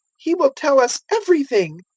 he will tell us everything.